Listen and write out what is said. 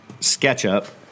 SketchUp